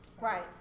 Right